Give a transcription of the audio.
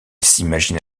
s’imagine